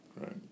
Right